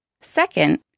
Second